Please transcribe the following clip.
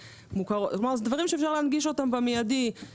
אלו דברים שאפשר להנגיש אותם במידי,